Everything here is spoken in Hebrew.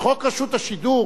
בחוק רשות השידור